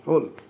হ'ল